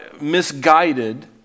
misguided